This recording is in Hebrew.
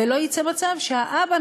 ולא יצא מצב שהאבא,